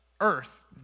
earth